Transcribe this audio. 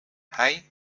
hij